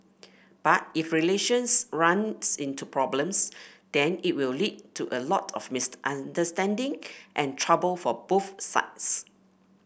but if relations runs into problems then it will lead to a lot of misunderstanding and trouble for both sides